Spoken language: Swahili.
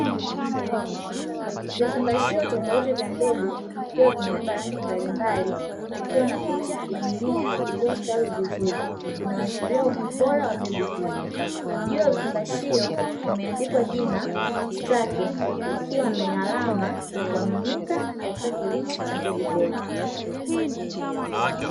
Vifungashio tofauti vya mbegu vikiwa vimebeba rangi mbalimbali ikiwa na picha ya mimea iliyostawi vizuri, inaashiria ubora wa mbegu hizo. Juu ya vifungashio kumeandikwa jina "STARKE" ikiwa ni alama ya kuaminika katika kilimo cha mbegu bora.